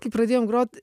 kai pradėjom grot